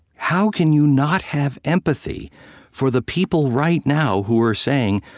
how can you not have empathy for the people right now who are saying,